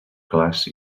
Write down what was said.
clars